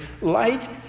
light